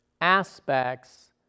aspects